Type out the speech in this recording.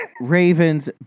Ravens